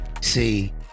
See